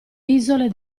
isole